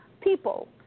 people